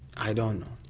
i don't know,